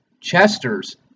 Chester's